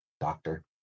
doctor